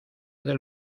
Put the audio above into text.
del